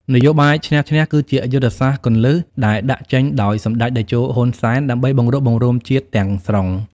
នយោបាយឈ្នះ-ឈ្នះ គឺជាយុទ្ធសាស្ត្រគន្លឹះដែលដាក់ចេញដោយសម្តេចតេជោ ហ៊ុន សែន ដើម្បីបង្រួបបង្រួមជាតិទាំងស្រុង។